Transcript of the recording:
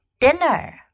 dinner